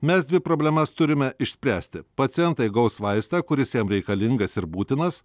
mes dvi problemas turime išspręsti pacientai gaus vaistą kuris jam reikalingas ir būtinas